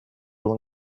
will